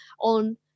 on